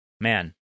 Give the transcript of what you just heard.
man